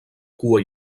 cua